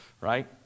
right